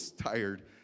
tired